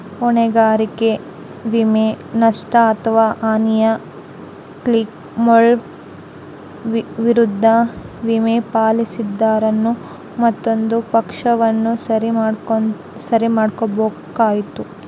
ಹೊಣೆಗಾರಿಕೆ ವಿಮೆ, ನಷ್ಟ ಅಥವಾ ಹಾನಿಯ ಕ್ಲೈಮ್ಗಳ ವಿರುದ್ಧ ವಿಮೆ, ಪಾಲಿಸಿದಾರನು ಮತ್ತೊಂದು ಪಕ್ಷವನ್ನು ಸರಿ ಮಾಡ್ಬೇಕಾತ್ತು